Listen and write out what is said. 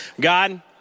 God